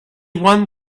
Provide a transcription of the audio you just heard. one